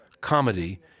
comedy